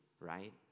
right